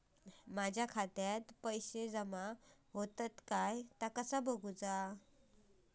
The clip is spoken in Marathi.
माझ्या खात्यात पैसो जमा होतत काय ता कसा बगायचा?